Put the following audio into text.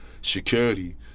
security